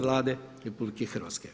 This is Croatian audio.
Vlade RH.